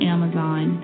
Amazon